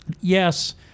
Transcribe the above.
Yes